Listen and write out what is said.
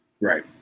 Right